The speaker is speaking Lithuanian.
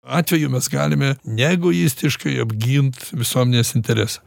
atveju mes galime neegoistiškai apgint visuomenės interesą